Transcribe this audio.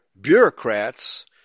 bureaucrats